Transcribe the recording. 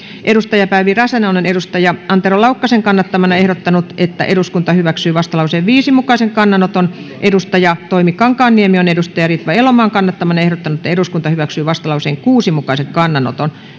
päivi räsänen on antero laukkasen kannattamana ehdottanut että eduskunta hyväksyy vastalauseen viiden mukaisen kannanoton ja toimi kankaanniemi on ritva elomaan kannattamana ehdottanut että eduskunta hyväksyy vastalauseen kuuden mukaisen kannanoton